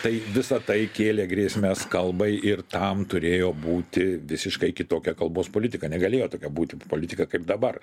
tai visa tai kėlė grėsmes kalbai ir tam turėjo būti visiškai kitokia kalbos politika negalėjo tokia būti politika kaip dabar